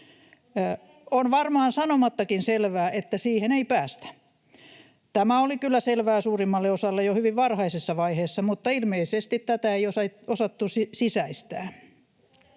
On varmaan sanomattakin selvää, että siihen ei päästä. Tämä oli kyllä selvää suurimmalle osalle jo hyvin varhaisessa vaiheessa, mutta ilmeisesti tätä ei osattu sisäistää.